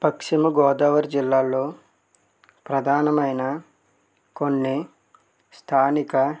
పశ్చిమ గోదావరి జిల్లాలో ప్రధానమైన కొన్ని స్థానిక